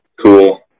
cool